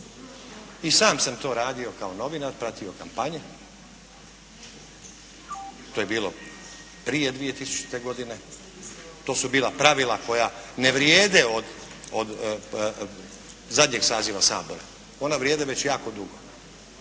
I sam sam to radio kao novinar, pratio kampanje, to je bilo prije 2000. godine, to su bila pravila koja ne vrijede od zadnjeg saziva Sabora. Ona vrijede već jako dugo,